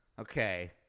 Okay